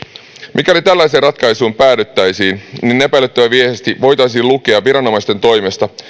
mikäli tällaiseen ratkaisuun päädyttäisiin epäilyttävä viesti voitaisiin lukea viranomaisten toimesta